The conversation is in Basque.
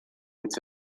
hitz